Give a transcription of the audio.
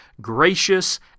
gracious